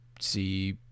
see